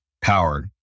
Powered